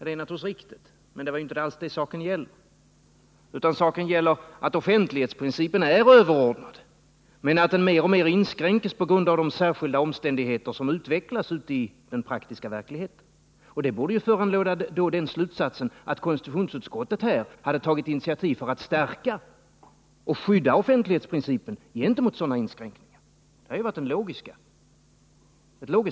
Det är naturligtvis riktigt, men det är inte alls detta saken gäller, utan saken gäller att offentlighetsprincipen är överordnad men att den mer och mer inskränkes av de särskilda omständigheter som utvecklas i den praktiska verkligheten. Det borde ha föranlett konstitutionsutskottet att ta initiativ för att stärka och skydda offentlighetsprincipen gentemot sådana inskränkningar. Det hade varit ett logiskt resonemang.